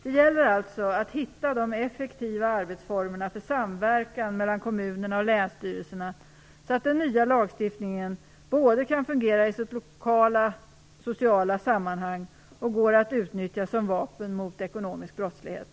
Det gäller alltså att hitta de effektiva arbetsformerna för samverkan mellan kommunerna och länsstyrelserna så att den nya lagstiftningen både kan fungera i sitt lokala sociala sammanhang och går att utnyttja som vapen mot ekonomisk brottslighet.